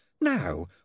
Now